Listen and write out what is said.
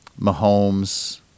Mahomes